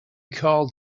called